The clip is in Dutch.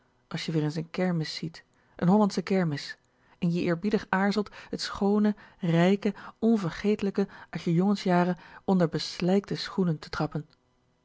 als je weer ns n kermis ziet n hollandsche kermis en je eerbiedig aarzelt t schoone rijke onvergeeflijke uit je jongensjaren onder beslijkte schoenen te trappen